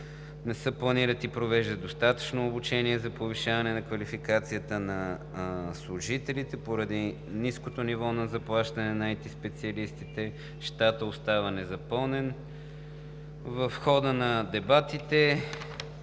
не се планират и провеждат достатъчно обучения за повишаване на квалификацията на служителите; поради ниското ниво на заплащане на ИТ специалистите щатът остава незапълнен. Работата на